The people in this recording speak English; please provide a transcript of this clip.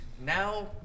now